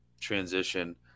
transition